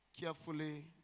carefully